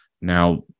Now